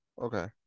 okay